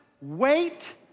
Wait